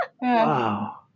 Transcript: Wow